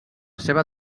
seva